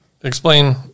Explain